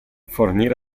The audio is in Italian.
fornire